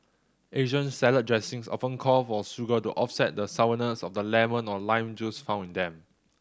Asian salad dressings often call for sugar to offset the sourness of the lemon or lime juice found in them